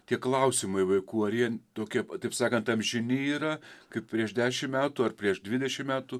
tie klausimai vaikų ar jie tokie taip sakant amžini yra kaip prieš dešim metų ar prieš dvidešim metų